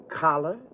collar